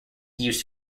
use